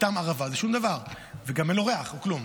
תטעם ערבה, זה שום דבר, וגם אין לה ריח, הוא כלום.